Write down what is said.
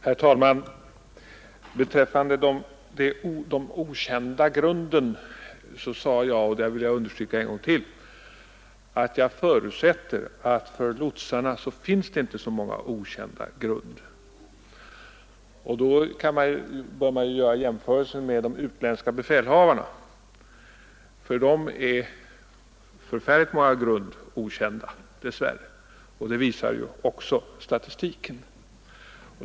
Herr talman! Beträffande de okända grunden sade jag — det vill jag understryka ännu en gång — att jag förutsätter att det för lotsarna inte finns så många okända grund. Jämförelsen bör göras med de utländska befälhavarna; för dem är dess värre förfärligt många grund okända. Det visar också statistiken.